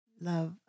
love